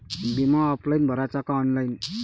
बिमा ऑफलाईन भराचा का ऑनलाईन?